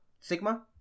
Sigma